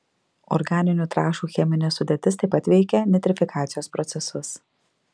organinių trąšų cheminė sudėtis taip pat veikia nitrifikacijos procesus